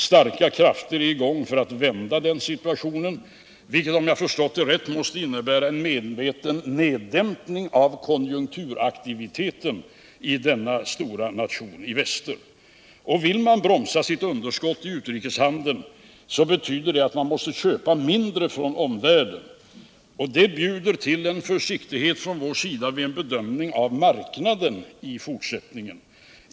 Starka krafter är i gång för att vända den situationen, vilket — om jag förstått det rätt — måste innebära en medveten neddämpning av konjunkturaktiviteten i denna stora nation i väster. Vill USA bromsa sitt underskott i utrikeshandeln, betyder det att landet måste köpa mindre från omvärlden. Det bjuder till försiktighet från vår sida i fortsättningen vid en bedömning av marknaden.